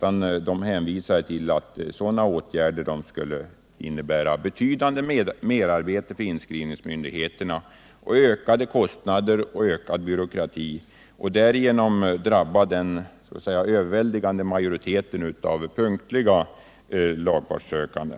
Gruppen hänvisade till att sådana åtgärder skulle innebära betydande merarbete för inskrivningsmyndigheterna samt ökade kostnader och ökad byråkrati och därigenom drabba den så att säga överväldigande majoriteten av punktliga lagfartssökande.